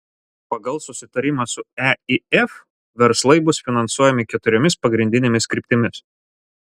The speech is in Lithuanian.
pagal susitarimą su eif verslai bus finansuojami keturiomis pagrindinėmis kryptimis